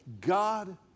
God